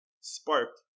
sparked